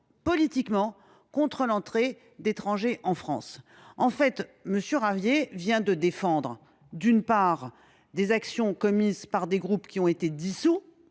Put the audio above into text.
politiquement contre l’entrée d’étrangers en France. M. Ravier vient de défendre les actions commises par des groupes qui ont été dissous